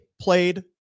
played